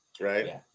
right